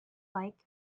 like